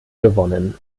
gewonnen